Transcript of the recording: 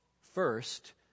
first